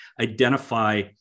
identify